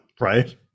right